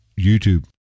YouTube